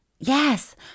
Yes